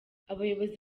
abayobozi